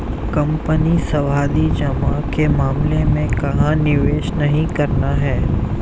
Company सावधि जमा के मामले में कहाँ निवेश नहीं करना है?